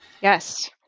Yes